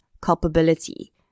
culpability